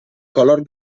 color